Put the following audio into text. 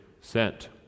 sent